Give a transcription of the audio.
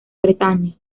bretaña